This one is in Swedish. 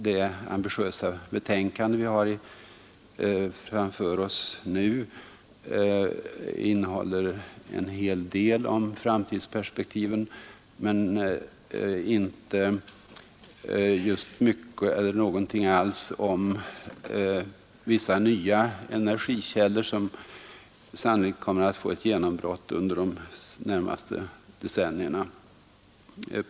Det ambitiösa betänkande vi har framför oss nu innehåller en hel del om framtidsperspektivet, men inte just någonting alls om vissa nya energikällor som sannolikt kommer att få ett genombrott under de närmaste decennierna.